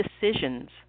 decisions